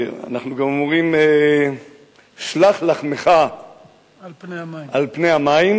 אנחנו גם אומרים "שלח לחמך על פני המים